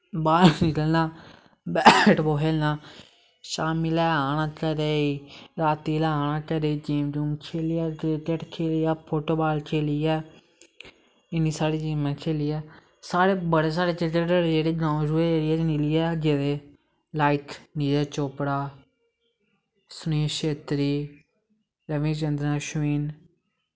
बाह्र निकलनां bat ball खेलनां शाम्मी लै आना घरे गी रातीं लै आनां घरे गी गेम गूम खेलियै क्रिकेट खेलियै फुट्टबॉल खेलियै इन्नी सारी गेमां खेलियै साढ़े बड़े सारे क्रिकेटर जेह्ड़े साढ़े गांव एरिया तो निकलियै गेदे लाईक नीरज चौपड़ा सुनील शेत्री रवी चन्द्र अशविन